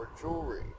jewelry